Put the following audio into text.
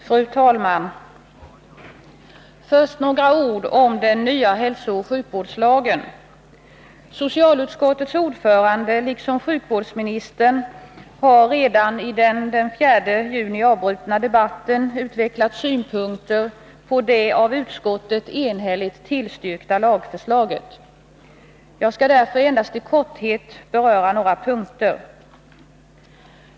Fru talman! Först några ord om den nya hälsooch sjukvårdslagen. Socialutskottets ordförande liksom sjukvårdsministern har redan under den debatt som avbröts den 4 juni utvecklat synpunkter på det av utskottet enhälligt tillstyrkta lagförslaget. Jag skall därför endast i korthet beröra några punkter.